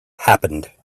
happened